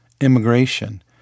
immigration